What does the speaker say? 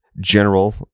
general